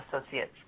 associates